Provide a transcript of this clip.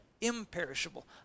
imperishable